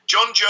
John